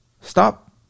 Stop